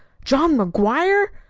john mcguire?